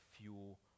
fuel